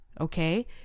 okay